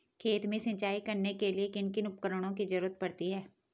खेत में सिंचाई करने के लिए किन किन उपकरणों की जरूरत पड़ती है?